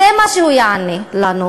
זה מה שהוא יענה לנו.